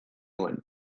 nuen